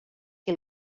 que